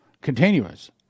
continuous